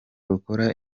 rukora